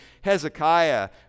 Hezekiah